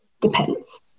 depends